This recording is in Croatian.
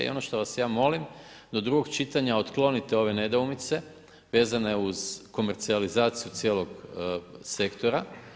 I on što vas ja molim, do drugog čitanja otklonite ove nedoumice vezane uz komercijalizaciju cijelog sektora.